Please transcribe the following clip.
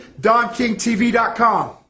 DonKingTV.com